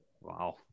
Wow